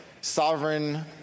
sovereign